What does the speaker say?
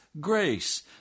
grace